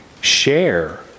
Share